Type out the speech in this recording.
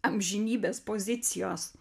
amžinybės pozicijos